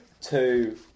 two